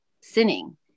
sinning